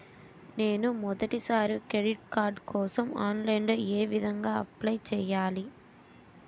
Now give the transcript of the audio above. నేను మొదటిసారి credit card కోసం ఆన్లైన్ లో ఏ విధంగా అప్లై చేయాలి?